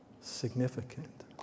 significant